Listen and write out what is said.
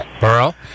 Burl